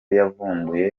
yavumbuye